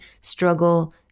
struggle